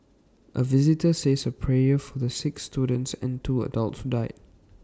A visitor says A prayer for the six students and two adults who died